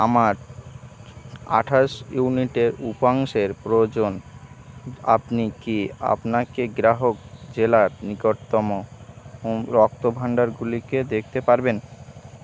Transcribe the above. আমার আঠাশ ইউনিটের উপাংশের প্রয়োজন আপনি কি আপনাকে গ্রাহক জেলার নিকটতম রক্তভাণ্ডারগুলিকে দেখতে পারবেন